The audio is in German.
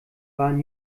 waren